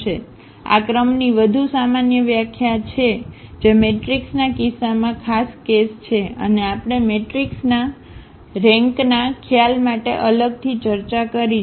તેથી આ ક્રમની વધુ સામાન્ય વ્યાખ્યા છે જે મેટ્રિક્સના કિસ્સામાં ખાસ કેસ છે અને આપણે મેટ્રિક્સના રેન્કના ખ્યાલ માટે અલગથી ચર્ચા કરી છે